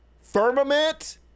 firmament